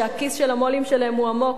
שהכיס של המו"לים שלהם הוא עמוק,